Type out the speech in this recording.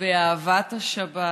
ובאהבת השבת